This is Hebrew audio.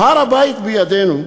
"הר-הבית בידינו",